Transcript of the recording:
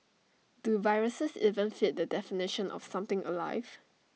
do viruses even fit the definition of something alive